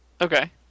okay